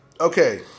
Okay